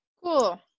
Cool